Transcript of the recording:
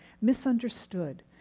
misunderstood